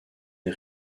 les